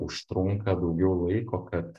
užtrunka daugiau laiko kad